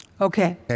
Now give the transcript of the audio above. Okay